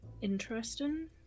interesting